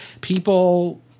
People